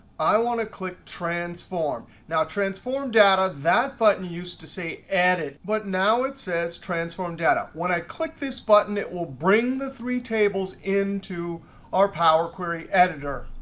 i want to click transform. now transform data, that button used to say edit, but now it says transform data. when i click this button, it will bring the three tables into our power query editor.